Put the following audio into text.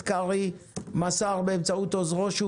ייאמר לפרוטוקול שחבר הכנסת קרעי מסר באמצעות עוזרו שהוא